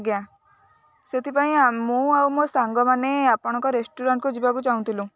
ଆଜ୍ଞା ସେଥିପାଇଁ ମୁଁ ଆଉ ମୋ ସାଙ୍ଗମାନେ ଆପଣଙ୍କ ରେଷ୍ଟୁରାଣ୍ଟକୁ ଯିବାକୁ ଚାହୁଁଥିଲୁ